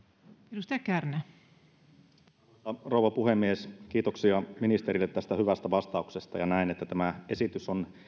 arvoisa rouva puhemies kiitoksia ministerille tästä hyvästä vastauksesta näen että tämä esitys on